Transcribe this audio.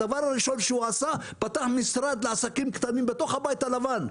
הדבר הראשון שעשה פתח משרד לעסקים קטנים בבית הלבן.